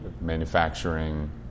manufacturing